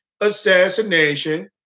assassination